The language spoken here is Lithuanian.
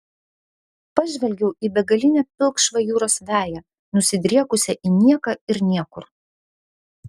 pažvelgiau į begalinę pilkšvą jūros veją nusidriekusią į nieką ir niekur